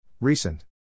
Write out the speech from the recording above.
Recent